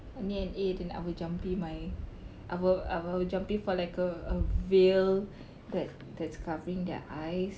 I need an A then I will jampi my I will I will jampi for like a a veil that's that's covering their eyes